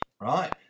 Right